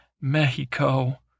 Mexico